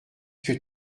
que